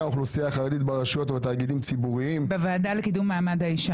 האוכלוסייה החרדית ברשויות ובתאגידים ציבוריים (תיקוני חקיקה),